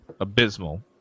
abysmal